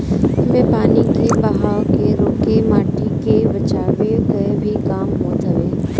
इमे पानी कअ बहाव के रोक के माटी के बचावे कअ भी काम होत हवे